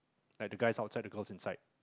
like the guys outside the girls inside